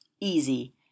Easy